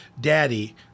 daddy